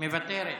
מוותרת,